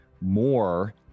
more